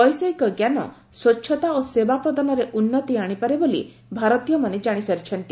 ବୈଷୟିକ ଜ୍ଞାନ ସ୍ପଚ୍ଛତା ଓ ସେବା ପ୍ରଦାନରେ ଉନ୍ନତି ଆଣିପାରେ ବୋଲି ଭାରତୀୟମାନେ କାଣିସାରିଛନ୍ତି